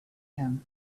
him